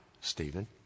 Stephen